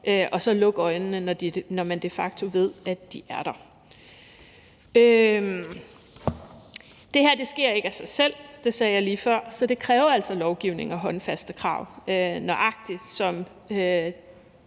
og så lukke øjnene, når man de facto ved, at de er der. Det her sker ikke af sig selv – det sagde jeg lige før – så det kræver altså lovgivning og håndfaste krav, nøjagtig som